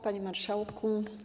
Panie Marszałku!